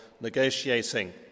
negotiating